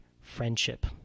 friendship